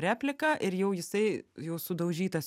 replika ir jau jisai jau sudaužytas į